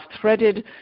threaded